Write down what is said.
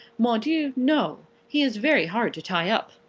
mon dieu, no. he is very hard to tie up.